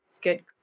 Good